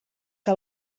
que